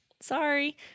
sorry